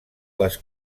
les